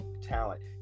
talent